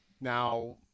Now